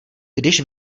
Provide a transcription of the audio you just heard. když